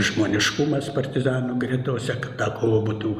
žmoniškumas partizanų gretose ta kova būtų